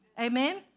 Amen